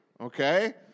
okay